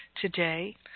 today